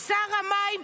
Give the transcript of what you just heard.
שר המים.